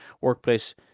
Workplace